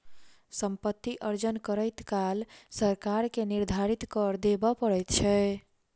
सम्पति अर्जन करैत काल सरकार के निर्धारित कर देबअ पड़ैत छै